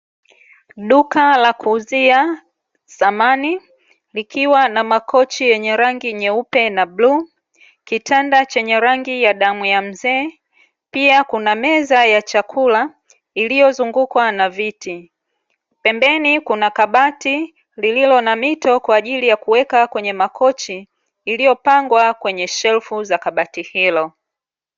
Duka la kuuzia samani, likiwa na makochi yenye rangi nyeupe na bluu, kitanda chenye rangi ya damu ya mzee, pia kuna meza ya chakula iliyozungukwa na viti. Pembeni kuna kabati lililo na mito kwa ajili ya kuweka kwenye makochi, iliyopangwa kwenye shelfu za kabati hilo.